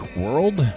world